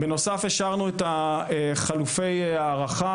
בנוסף, השארנו את חלופי הערכה